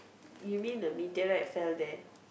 you mean the meteor right fell there